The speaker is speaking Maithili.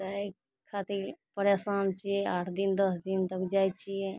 तहि खातिर परेशान छियै आठ दिन दश दिन तक जाइ छियै